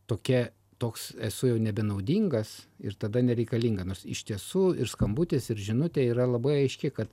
tokia toks esu jau nebenaudingas ir tada nereikalinga nors iš tiesų ir skambutis ir žinutė yra labai aiški kad